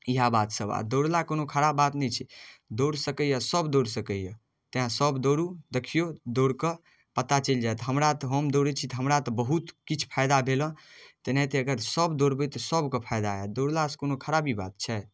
इएह बातसब आओर दौड़ला कोनो खराब बात नहि छै दौड़ सकैए सभ दौड़ सकैए तेँ सभ दौड़ू देखिऔ दौड़कऽ पता चलि जाएत हमरा तऽ हम दौड़ै छी तऽ हमरा तऽ बहुत किछु फाइदा भेल हँ तेनाहिते अगर सभ दौड़बै तऽ सभके फाइदा हैत दौड़लासँ कोनो खराबी बात छै